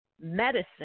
medicine